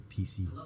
PC